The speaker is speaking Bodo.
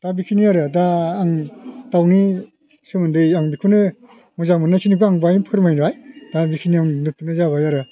दा बेखिनि आरो दा आं दावनि सोमोन्दै आं बेखौनो मोजां मोननायखिनिखौ आं बेहाय फोरमायबाय दा बेखिनिआवनो आं दोनथ'नाय जाबाय आरो